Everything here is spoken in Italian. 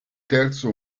terzo